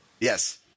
Yes